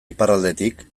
iparraldetik